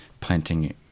planting